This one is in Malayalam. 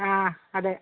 ആ അതെ